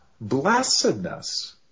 blessedness